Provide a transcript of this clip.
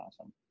awesome